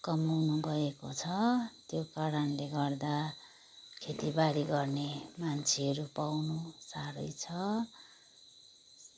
कमाउनु गएको छ त्यो कारणले गर्दा खेतीबारी गर्ने मान्छेहरू पाउनु साह्रै छ